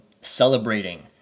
celebrating